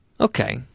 Okay